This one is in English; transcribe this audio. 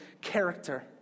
character